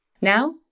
Now